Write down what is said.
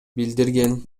билдирген